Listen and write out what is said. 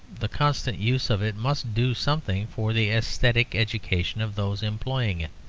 the constant use of it must do something for the aesthetic education of those employing it.